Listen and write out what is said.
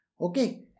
Okay